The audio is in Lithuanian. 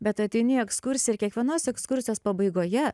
bet ateini į ekskursiją ir kiekvienos ekskursijos pabaigoje